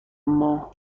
ماه